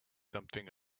something